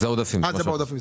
אלה עודפים.